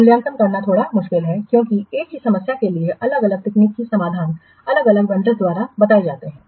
मूल्यांकन करना थोड़ा मुश्किल है क्योंकि एक ही समस्या के लिए अलग अलग तकनीकी समाधान अलग अलग वंडर्स द्वारा बताएं जाते हैं